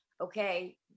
Okay